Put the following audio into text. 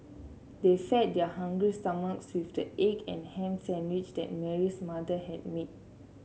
they fed their hungry stomachs with the egg and ham sandwiches that Mary's mother had made